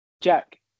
Jack